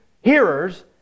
hearers